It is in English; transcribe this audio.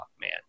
man